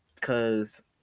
cause